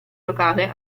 locale